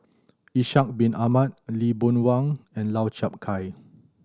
Ishak Bin Ahmad Lee Boon Wang and Lau Chiap Khai